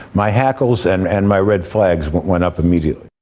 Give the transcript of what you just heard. my hackles and and my red flags went went up immediately.